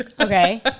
Okay